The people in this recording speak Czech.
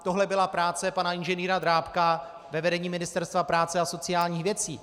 Tohle byla práce pana inženýra Drábka ve vedení Ministerstva práce a sociálních věcí.